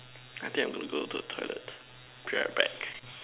I think I'm got to go to the toilet feel my back